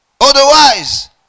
Otherwise